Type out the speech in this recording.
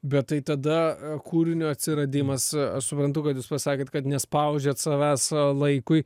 bet tai tada kūrinio atsiradimas aš suprantu kad jūs pasakėt kad nespaudžiat savęs laikui